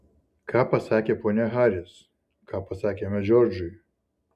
ką pasakė ponia haris ką pasakėme džordžui